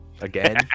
Again